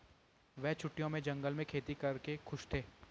वे छुट्टियों में जंगल में खेती करके खुश थे